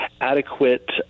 adequate